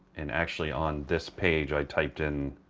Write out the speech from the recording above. and actually on this page i typed in